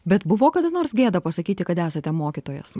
bet buvo kada nors gėda pasakyti kad esate mokytojas